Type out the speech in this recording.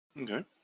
Okay